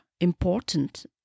important